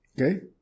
Okay